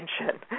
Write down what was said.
attention